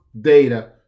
data